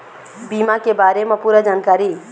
बीमा के बारे म पूरा जानकारी?